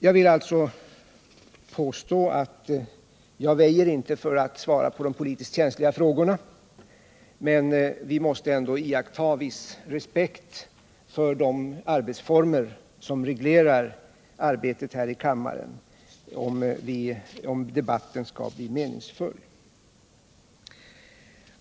Jag vill alltså påstå att jag inte väjer för att svara på de politiskt känsliga frågorna, men vi måste ha viss respekt för de former som reglerar arbetet i kammaren, om debatten skall bli meningsfull.